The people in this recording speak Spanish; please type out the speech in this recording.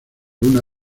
una